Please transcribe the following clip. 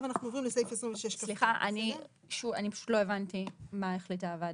אנחנו עוברים לסעיף --- לא הבנתי מה החליטה הוועדה.